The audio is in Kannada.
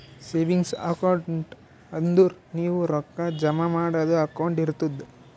ಸೇವಿಂಗ್ಸ್ ಅಕೌಂಟ್ ಅಂದುರ್ ನೀವು ರೊಕ್ಕಾ ಜಮಾ ಮಾಡದು ಅಕೌಂಟ್ ಇರ್ತುದ್